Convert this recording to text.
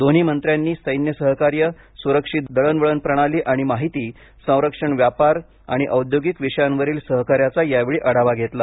दोन्ही मंत्र्यांनी सैन्य सहकार्य सुरक्षित दळणवळण प्रणाली आणि माहिती संरक्षण व्यापार आणि औद्योगिक विषयांवरील सहकार्याचा यावेळी आढावा घेतला